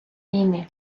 війни